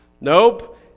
Nope